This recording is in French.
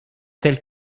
telles